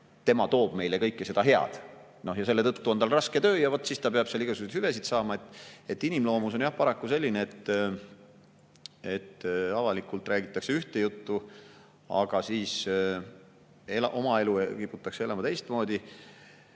tema toob meile kõike seda head ja selle tõttu on tal raske töö ja siis ta peab igasuguseid hüvesid saama. Inimloomus on jah paraku selline, et avalikult räägitakse ühte juttu, aga oma elu kiputakse elama teistmoodi.